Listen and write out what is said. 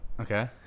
Okay